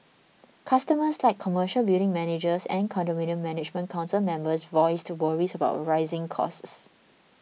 customers like commercial building managers and condominium management council members voiced to worries about rising costs